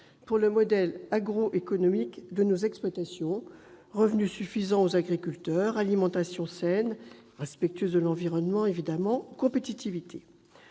pour le modèle agroéconomique de nos exploitations : revenus suffisants aux agriculteurs, alimentation saine et, bien sûr, respectueuse de l'environnement, compétitivité.